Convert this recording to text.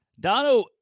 Dono